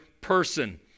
person